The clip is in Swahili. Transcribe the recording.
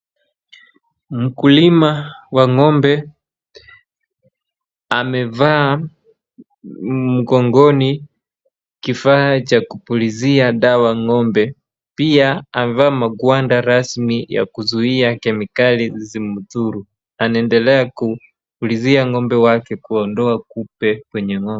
Mkulima wa ng'ombe amevaa mgongoni kifaa cha kupuruzia dawa ng'ombe .Pia avaa magwada rasmi ya kuzuia kemikali ya kumzuru aendele kupuruzia ng'ombe wake kuondoa kupe kwenye ng'ombe.